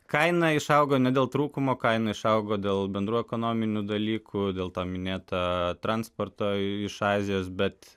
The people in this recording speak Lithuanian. kaina išaugo ne dėl trūkumo kaina išaugo dėl bendrų ekonominių dalykų dėl to minėtą transportą iš azijos bet